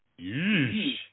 Yeesh